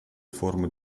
формы